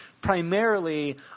primarily